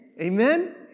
Amen